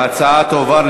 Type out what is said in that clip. הופעלה הצבעה.